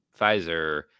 Pfizer